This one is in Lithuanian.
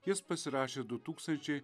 jis pasirašė du tūkstančiai